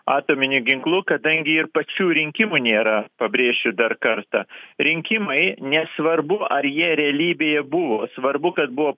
atominiu ginklu kadangi ir pačių rinkimų nėra pabrėšiu dar kartą rinkimai nesvarbu ar jie realybėje buvo svarbu kad buvo